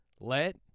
Let